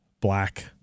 black